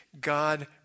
God